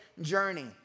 journey